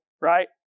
right